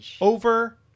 Over